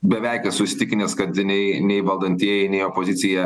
beveik esu įsitikinęs kad nei nei valdantieji nei opozicija